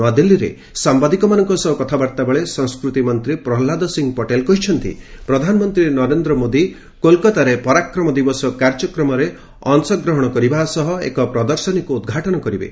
ନୂଆଦିଲ୍ଲୀରେ ସାମ୍ବାଦିକମାନଙ୍କ ସହ କଥାବାର୍ତ୍ତା ବେଳେ ସଂସ୍କୃତି ମନ୍ତ୍ରୀ ପ୍ରହଲ୍ଲାଦ ସିଂହ ପଟେଲ କହିଛନ୍ତି ପ୍ରଧାନମନ୍ତ୍ରୀ ନରେନ୍ଦ୍ର ମୋଦୀ କୋଲକାତାରେ ପରାକ୍ରମ ଦିବସ କାର୍ଯ୍ୟକ୍ରମରେ ଅଂଶଗ୍ରହଣ କରିବେ ଓ ଏକ ପ୍ରଦର୍ଶନୀକୁ ଉଦ୍ଘାଟନ କରିବେ